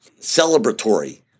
celebratory